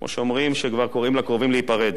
כמו שאומרים, שכבר קוראים לקרובים להיפרד,